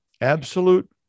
Absolute